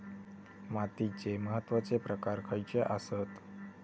मातीचे महत्वाचे प्रकार खयचे आसत?